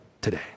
today